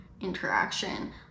interaction